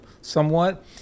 somewhat